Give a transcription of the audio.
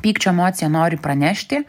pykčio emocija nori pranešti